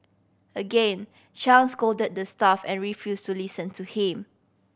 again Chang scolded the staff and refuse to listen to him